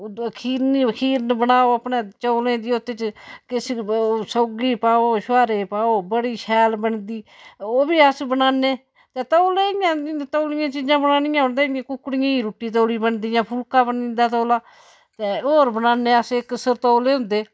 ओह्दे खीरन खीर बनाओ अपने चौलें च उत्त च देसी सोंगी पाओ शुहारे पाओ बड़ी शैल बनदी ओह् बी अस बनान्ने ते तौले तौलियां चीज़ां बनानियां होन ते कुकड़ियां दी रुट्टी तौली बनदी फुलका बनदा तौला ते होर बनान्ने अस इक सरतोले होंदे